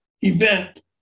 event